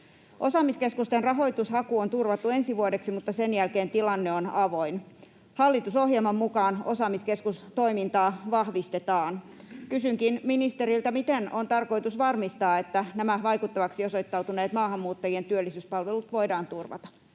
Osaamiskeskusten rahoitushaku on turvattu ensi vuodeksi, mutta sen jälkeen tilanne on avoin. Hallitusohjelman mukaan osaamiskeskustoimintaa vahvistetaan. Kysynkin ministeriltä: miten on tarkoitus varmistaa, että nämä vaikuttaviksi osoittautuneet maahanmuuttajien työllisyyspalvelut voidaan turvata?